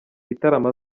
bitaramo